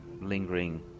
lingering